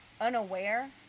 unaware